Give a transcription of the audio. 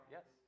Yes